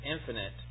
infinite